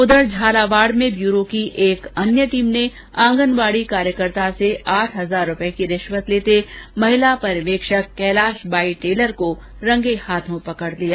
उधर झालावाड में ब्यूरो की एक अन्य टीम ने आंगनवाडी कार्यकर्ता से आठ हजार रूपए की रिष्वत लेते महिला पर्यवेक्षक कैलाष बाई टेलर को रंगे हाथ पकड़ लिया